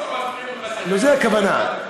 לזה הכוונה.